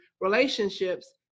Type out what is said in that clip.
relationships